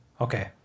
Okay